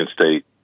State